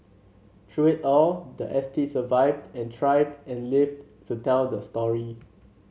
through it all the S T survived and thrived and lived to tell the story